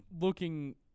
looking